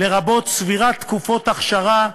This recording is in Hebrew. לרבות צבירת תקופות אכשרה,